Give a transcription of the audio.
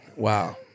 Wow